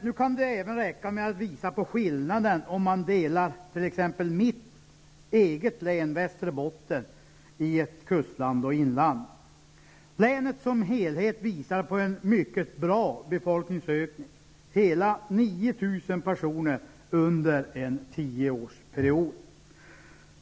Nu kan det även räcka med att visa på de skillnader som man kan finna om man delar upp mitt hemlän, Västerbotten, i kustland och inland. Länet som helhet har haft en mycket bra befolkningsökning, hela 9 000 personer under en tioårsperiod.